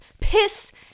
Piss